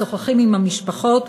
משוחחים עם המשפחות.